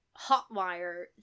hotwire